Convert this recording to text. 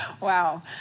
Wow